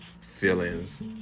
feelings